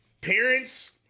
Parents